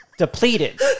Depleted